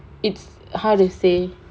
it's hard to say